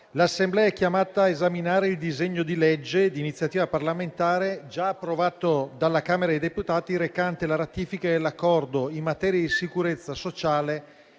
l'Assemblea è chiamata ad esaminare il disegno di legge di iniziativa parlamentare già approvato dalla Camera dei deputati, recante la ratifica dell'Accordo in materia di sicurezza sociale